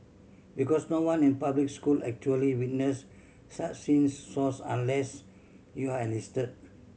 because no one in public school actually witness such scene Source Unless you're enlisted